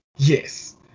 Yes